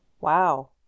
Wow